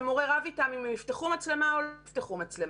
שהמורה רב איתם אם הם יפתחו מצלמה או לא יפתחו מצלמה.